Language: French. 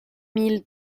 mille